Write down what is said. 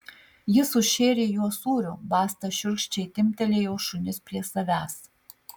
jis užšėrė juos sūriu basta šiurkščiai timptelėjo šunis prie savęs